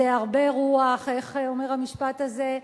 זה הרבה רוח, איך אומר המשפט הזה?